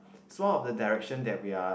it's one of the direction that we are